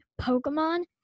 Pokemon